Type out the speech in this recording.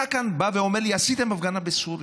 אתה כאן בא ואומר לי: עשיתם הפגנה על סוריה.